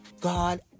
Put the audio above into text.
God